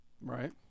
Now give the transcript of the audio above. Right